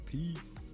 Peace